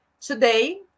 Today